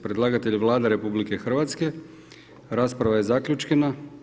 Predlagatelj je Vlada RH, rasprava je zaključena.